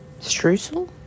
Streusel